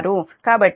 కాబట్టి ఇది 0